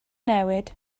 newid